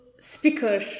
speaker